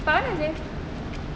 kat mana seh